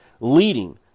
leading